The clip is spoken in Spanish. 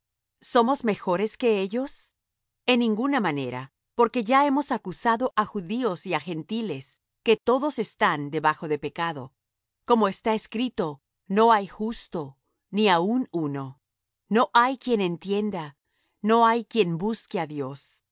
somos mejores que ellos en ninguna manera porque ya hemos acusado á judíos y á gentiles que todos están debajo de pecado como está escrito no hay justo ni aun uno no hay quien entienda no hay quien busque á dios